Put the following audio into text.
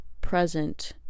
present